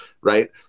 right